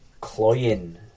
cloying